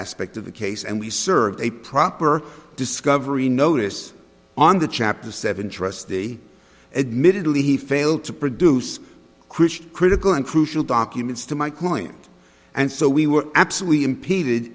aspect of the case and we served a proper discovery notice on the chapter seven trustee admittedly he failed to produce krrish critical and crucial documents to my client and so we were absolutely impeded